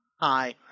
hi